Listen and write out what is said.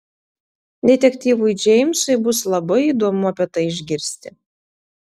detektyvui džeimsui bus labai įdomu apie tai išgirsti